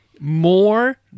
More